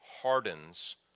hardens